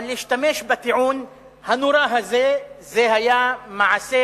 אבל להשתמש בטיעון הנורא הזה היה מעשה